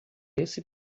esse